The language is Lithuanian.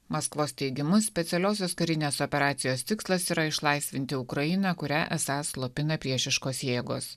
maskvos teigimu specialiosios karinės operacijos tikslas yra išlaisvinti ukrainą kurią esą slopina priešiškos jėgos